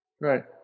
Right